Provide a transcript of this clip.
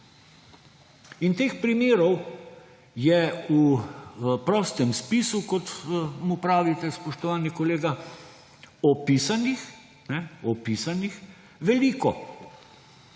In teh primerov je v prostem spisu, kot mu pravite, spoštovani kolega, opisanih veliko,